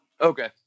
Okay